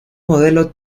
modelo